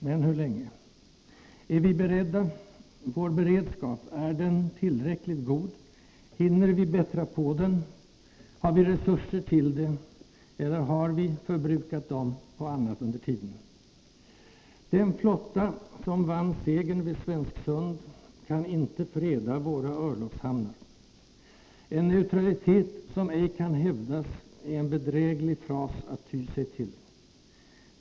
Men hur länge? Är vi beredda? Vår beredskap — är den tillräckligt god? Hinner vi bättra på den? Har vi resurser till det — eller har vi förbrukat dem på annat under tiden? Den flotta som vann segern vid Svensksund kan inte freda våra örlogshamnar. En neutralitet som ej kan hävdas är en bedräglig fras att ty sig till.